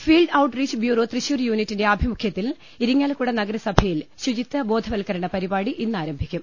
field outreach bureau Thrissur യൂണിറ്റിന്റെ ആഭിമുഖ്യ ത്തിൽ ഇരിങ്ങാലക്കുട നഗരസഭയിൽ ശുചിത്യ ബോധവൽക്കരണ പരിപാടി ഇന്നാരംഭിക്കും